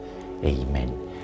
Amen